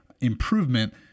improvement